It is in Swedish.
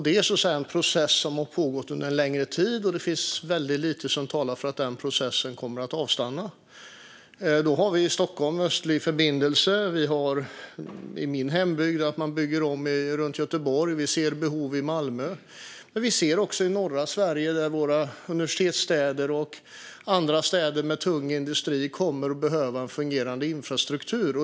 Det är en process som har pågått under en längre tid, och det finns väldigt lite som talar för att den kommer att avstanna. I Stockholm har vi Östlig förbindelse. I min hembygd bygger man om runt Göteborg. Vi ser behov i Malmö. Men vi ser också i norra Sverige att våra universitetsstäder och städer med tung industri kommer att behöva en fungerande infrastruktur.